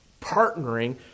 partnering